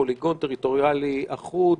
פוליגון טריטוריאלי אחוד,